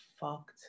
fucked